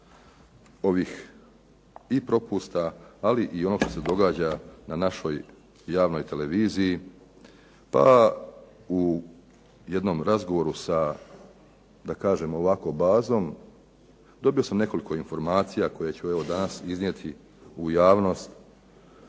ovih i propusta, ali i onog što se događa na našoj javnoj televiziji pa u jednom razgovoru sa, da kažem ovako bazom, dobio sam nekoliko informacija koje ću evo danas iznijeti u javnost